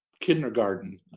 kindergarten